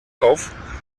off